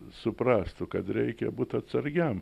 suprastų kad reikia būt atsargiam